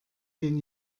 den